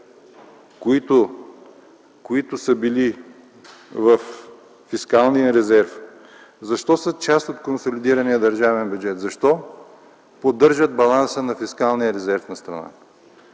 които са били във фискалния резерв, защо са част от консолидирания държавен бюджет? Защо поддържат баланса на фискалния резерв на страната?